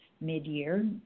mid-year